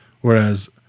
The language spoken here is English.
Whereas